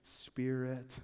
Spirit